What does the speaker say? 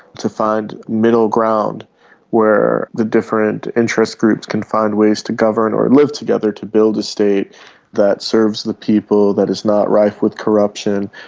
to find middle ground where the different interest groups can find ways to govern or and live together to build a state that serves the people, that is not rife with corruption,